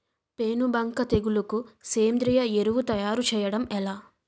పేను బంక తెగులుకు సేంద్రీయ ఎరువు తయారు చేయడం ఎలా?